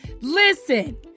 Listen